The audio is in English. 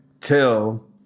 tell